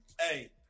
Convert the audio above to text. Hey